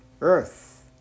earth